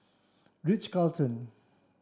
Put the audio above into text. Ritz Carlton